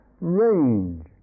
Range